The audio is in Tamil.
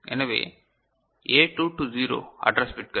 எனவே A2 டு 0 அட்ரஸ் பிட்கள்